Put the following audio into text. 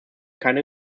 keine